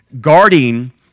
Guarding